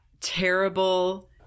terrible